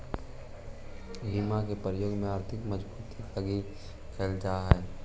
बीमा के प्रयोग आर्थिक मजबूती लगी कैल जा हई